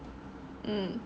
mm